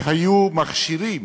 שהיו מכשירים